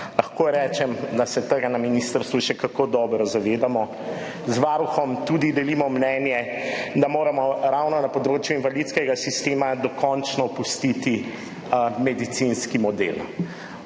Lahko rečem, da se tega na ministrstvu še kako dobro zavedamo. Z Varuhom tudi delimo mnenje, da moramo ravno na področju invalidskega sistema dokončno opustiti medicinski model.